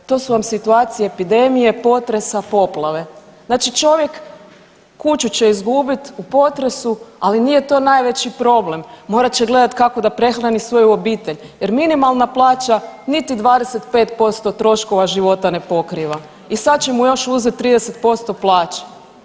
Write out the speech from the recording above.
To su vam situacije epidemije, potresa, poplave znači čovjek kuću će izgubit u potresu, ali nije to najveći problem, morat će gledati kako da prehrani svoju obitelj jer minimalna plaća niti 25% troškova života ne pokriva i sad će mu još uzet 30% plaće.